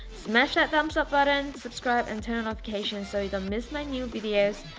smash that thumbs up button, subscribe and turn on notifications so you don't miss my new videos.